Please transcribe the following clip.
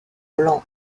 blanc